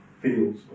feels